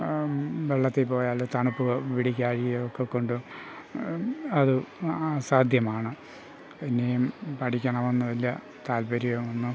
വെള്ളത്തിൽ പോയാൽ തണുപ്പ് പിടിക്കയൊക്കെ കൊണ്ട് അത് അസാധ്യമാണ് ഇനിയും പഠിക്കണമെന്ന് വലിയ താല്പര്യമൊന്നും